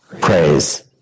Praise